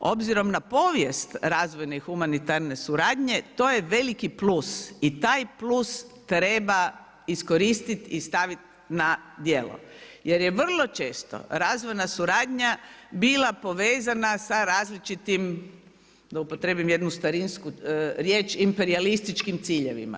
Obzirom na povijest razvojne i humanitarne suradnje, to je veliki plus i taj plus treba iskoristiti i staviti na djelo jer je vrlo često razvojna suradnja bila povezana sa različitim da upotrijebim jednu starinsku riječ, imperijalističkim ciljevima.